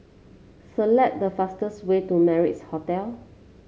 select the fastest way to Madras Hotel